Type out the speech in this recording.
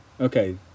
Okay